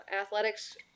Athletics